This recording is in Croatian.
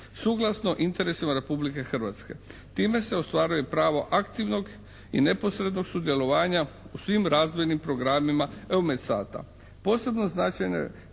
sukladno interesima Republike Hrvatske. Time se ostvaruje pravo aktivnog i neposrednog sudjelovanja u svim razvojnim programima EUMETSAT-a.